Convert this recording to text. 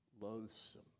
loathsome